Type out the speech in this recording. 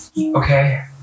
Okay